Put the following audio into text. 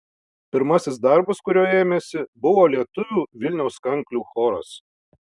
pirmasis darbas kurio ėmėsi buvo lietuvių vilniaus kanklių choras